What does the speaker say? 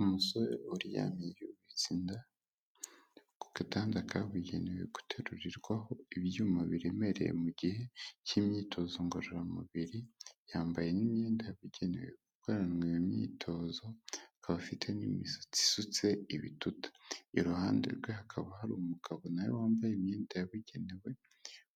Umusore uryamye yubitse inda ku gadanda kabugenewe guterurirwaho ibyuma biremereye mu gihe cy'imyitozo ngororamubiri, yambaye n'imyenda yabugenewe gukoranwa iyo myitozo, aka afite n'imisatsi isutse ibituta. Iruhande rwe hakaba hari umugabo na we wambaye imyenda yabugenewe